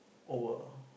over